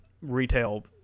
retail